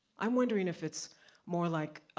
i'm wondering if it's more like,